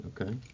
Okay